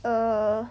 err